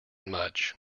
much